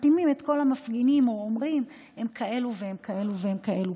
ומכתימים את כל המפגינים ואומרים: הם כאלה והם כאלה והם כאלה.